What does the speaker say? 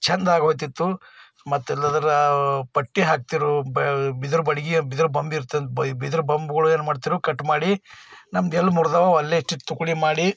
ಚೆಂದ ಆಗೊಗ್ತಿತ್ತು ಮತ್ತೆ ಇಲ್ಲದ್ರೆ ಪಟ್ಟಿ ಹಾಕ್ತಿರು ಬೆಳೆ ಬಿದಿರು ಬಡಿಗೆಯ ಬಿದಿರು ಬೊಂಬು ಇರ್ತದೆ ಬ ಈ ಬಿದಿರು ಬೊಂಬುಗಳು ಏನು ಮಾಡ್ತಿರು ಕಟ್ ಮಾಡಿ ನಮ್ದೆಲ್ಲಿ ಮುರಿದಾವೊ ಅಲ್ಲೇ ಚು ತುಕಡಿ ಮಾಡಿ